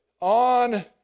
on